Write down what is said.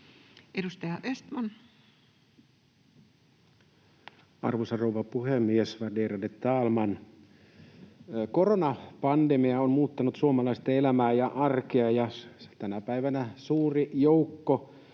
Edustaja Östman. Arvoisa rouva puhemies, värderade talman! Koronapandemia on muuttanut suomalaisten elämää ja arkea. Tänä päivänä suuri joukko